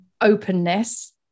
openness